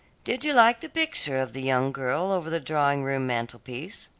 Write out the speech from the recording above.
did you like the picture of the young girl over the drawing-room mantelpiece?